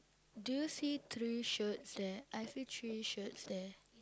do you see three shirts there I see three shirts there